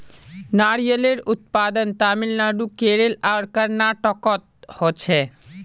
नारियलेर उत्पादन तामिलनाडू केरल आर कर्नाटकोत होछे